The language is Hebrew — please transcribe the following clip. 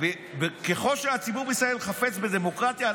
"ככל שהציבור בישראל חפץ חיים בדמוקרטיה,